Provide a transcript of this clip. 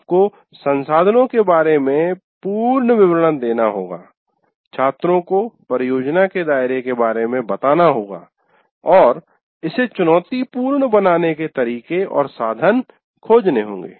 आपको संसाधनों के बारे पूर्ण विवरण देना होगा छात्रों को परियोजना के दायरे के बारे में बताना होगा और इसे चुनौतीपूर्ण बनाने के तरीके और साधन खोजने होंगे